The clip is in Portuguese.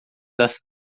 das